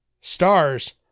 Stars